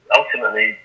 ultimately